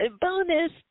Bonus